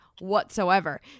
whatsoever